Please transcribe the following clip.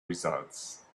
results